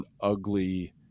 ugly